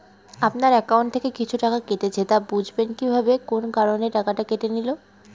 আপনার একাউন্ট থেকে কিছু টাকা কেটেছে তো বুঝবেন কিভাবে কোন কারণে টাকাটা কেটে নিল?